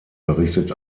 berichtet